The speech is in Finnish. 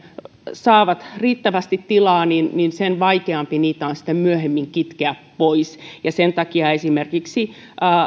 saavat riittävästi tilaa niin niin sen vaikeampi niitä on sitten myöhemmin kitkeä pois sen takia esimerkiksi